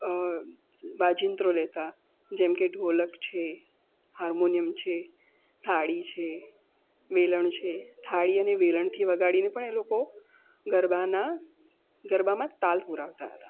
વાજિંત્રો લેતા જેમકે ઢોલક છે હાર્મોનીમ છે થાળી છે વેલણ છે થાળી અને વેલણથી વગાડી પણ એ લોકો ગરબામાં તાલ પુરાવતા હતા